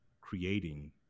creating